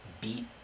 beat